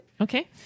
Okay